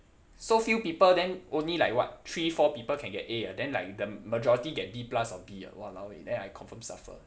so few people then only like what three four people can get A ah then like the majority get B plus or B ah !walao! eh then I confirm suffer